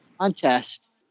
contest